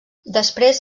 després